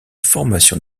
formation